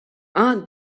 aunt